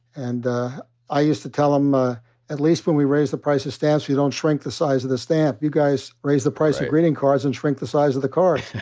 and i used to tell him, ah at least when we raise the price of stamps, we don't shrink the size of the stamp. you guys raise the price of greeting cards and shrink the size of the cards.